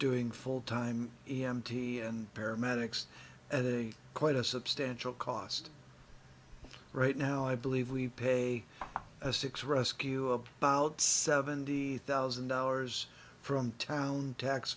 doing full time e m t and paramedics at a quite a substantial cost right now i believe we pay a six rescue up about seventy thousand dollars from town tax